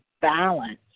balance